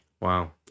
Wow